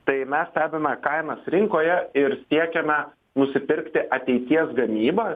tai mes stebime kainas rinkoje ir siekiame nusipirkti ateities gamybą